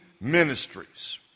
Ministries